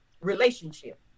relationship